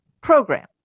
program